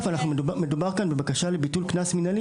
מדובר כאן בבקשה לביטול קנס מינהלי,